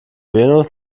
venus